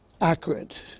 accurate